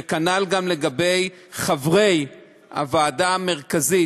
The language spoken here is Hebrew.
וכנ"ל גם לגבי חברי הוועדה המרכזית,